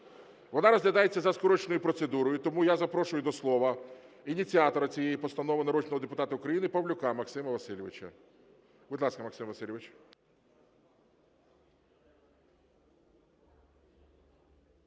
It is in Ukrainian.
Вона розглядається за скороченою процедурою. Тому я запрошую до слова ініціатора цієї постанови народного депутата України Павлюка Максима Васильовича. Будь ласка, Максим Васильович.